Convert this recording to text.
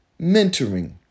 mentoring